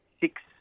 six